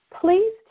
Please